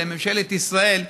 לממשלת ישראל,